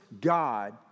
God